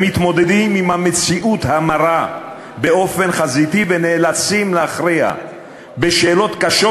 הם מתמודדים עם המציאות המרה באופן חזיתי ונאלצים להכריע בשאלות קשות,